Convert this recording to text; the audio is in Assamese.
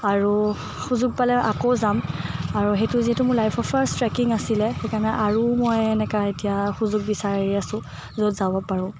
আৰু সুযোগ পালে আকৌ যাম আৰু সেইটো যিহেতু মোৰ লাইফৰ ফাৰ্ষ্ট ট্ৰেকিং আছিলে সেইকাৰণে আৰু মই এনেকুৱা এতিয়া সুযোগ বিচাৰি আছোঁ য'ত যাব পাৰোঁ